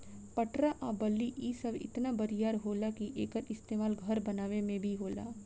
पटरा आ बल्ली इ सब इतना बरियार होला कि एकर इस्तमाल घर बनावे मे भी होला